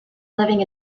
living